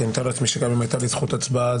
אני מתאר לעצמי שגם אם הייתה לי זכות הצבעה,